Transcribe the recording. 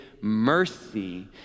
mercy